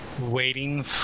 waiting